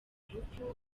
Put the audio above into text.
rupfu